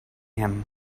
him